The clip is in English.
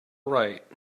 right